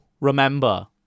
remember